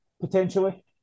potentially